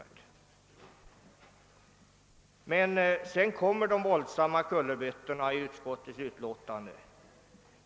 Sedan kommer emellertid de våldsamma kullerbyttorna i utskottets utlåtande.